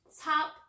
top